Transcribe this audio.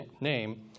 name